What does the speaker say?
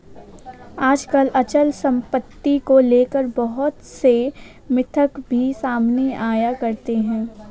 आजकल अचल सम्पत्ति को लेकर बहुत से मिथक भी सामने आया करते हैं